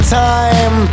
time